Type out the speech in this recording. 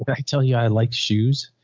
but i tell you, i like shoes.